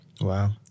Wow